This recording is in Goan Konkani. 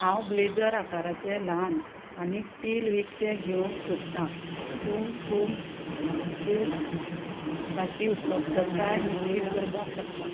हांव ब्लेजर आकाराचे ल्हान आनी टील विकते घेवंक सोदतां तूं कुस चेर ताची उपलब्धताय निश्चित करपाक शकता